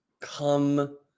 come